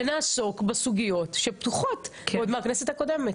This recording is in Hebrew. ונעסוק בסוגיות שפתוחות עוד מהכנסת הקודמת.